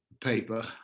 paper